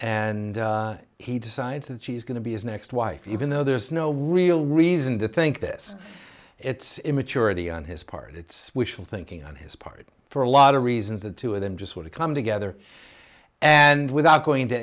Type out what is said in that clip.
and he decides that she's going to be is next wife even though there's no real reason to think this it's immaturity on his part it's wishful thinking on his part for a lot of reasons the two of them just sort of come together and without going